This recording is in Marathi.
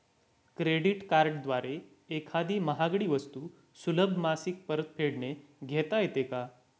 क्रेडिट कार्डद्वारे एखादी महागडी वस्तू सुलभ मासिक परतफेडने घेता येते का?